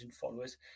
followers